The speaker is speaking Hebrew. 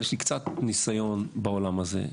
אבל יש לי קצת ניסיון בעולם הזה,